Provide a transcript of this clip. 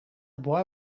boy